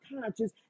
conscious